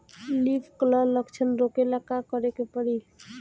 Leaf curl लक्षण रोकेला का करे के परी?